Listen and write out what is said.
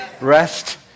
rest